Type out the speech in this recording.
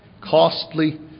costly